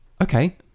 okay